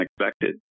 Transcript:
unexpected